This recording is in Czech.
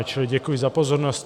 Čili děkuji za pozornost.